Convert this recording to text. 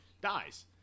dies